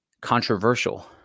controversial